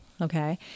Okay